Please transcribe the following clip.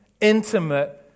intimate